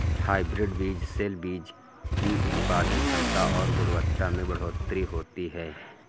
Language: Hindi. हायब्रिड बीज से बीज की उत्पादन क्षमता और गुणवत्ता में बढ़ोतरी होती है